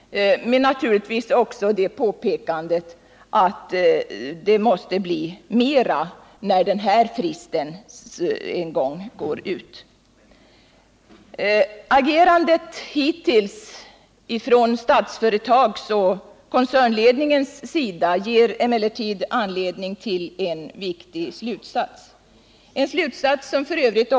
Men vi vill också påpeka att det måste göras mer när den här tidsfristen går ut. Statsföretags och koncernledningens agerande hittills ger emellertid anledning till en viktig slutsats, en slutsats som f.ö.